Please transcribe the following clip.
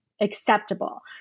acceptable